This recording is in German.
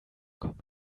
komm